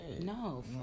No